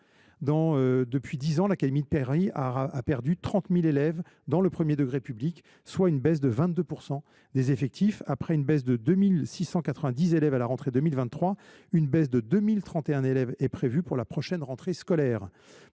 Depuis dix ans, l’académie de Paris a perdu 30 000 élèves dans le premier degré public, soit une diminution de 22 % des effectifs. Après une baisse de 2 690 élèves à la rentrée 2023, ce sont 2 031 élèves de moins qui sont attendus à la prochaine rentrée scolaire.